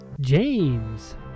james